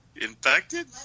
infected